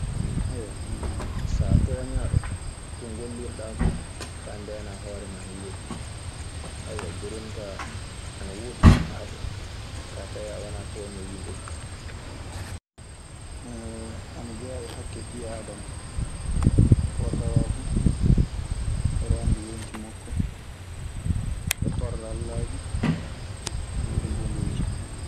sa taŋaɗo, ko gollirɗa fu fa ndena horema ana woɗi. drone ka ana wodi e haɓo ka tawe ana wa toŋowo hilɓe ni. ana jeya e hakke ɓi Aadama to tawa fuu reende yonki makko e torlorlaaji e boneeji.